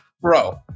bro